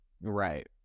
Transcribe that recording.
Right